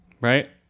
Right